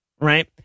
right